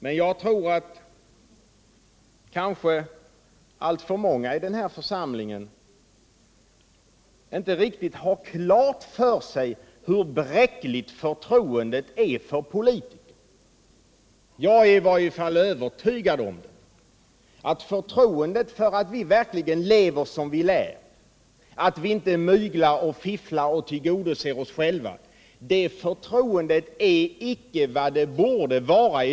Men jeg tror att alltför många i den här församlingen kanske inte riktigt har klart för sig hur bräckligt förtroendet är för politiker. Jag är i varje fall övertygad om att förtroendet för att vi verkligen lever som vi lär, att vi inte myglar och fifflar och tillgodoser oss själva i dag inte är vad det borde vara.